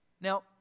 Now